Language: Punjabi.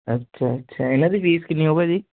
ਅੱਛਾ ਅੱਛਾ ਇਹਨਾਂ ਦੀ ਫ਼ੀਸ ਕਿੰਨੀ ਹੋਊ ਭਾਅ ਜੀ